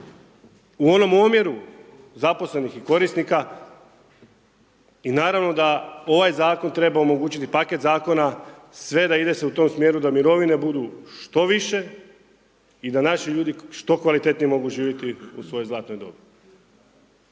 u onom omjeru zaposlenih korisnika i naravno da ovaj zakon treba omogućiti paket zakona, sve da ide se u tom smjeru da mirovine budu što više i da naši ljudi što kvalitetnije mogu živjeti u svojoj zlatnoj dobi.